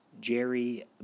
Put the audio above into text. Jerry